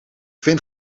vind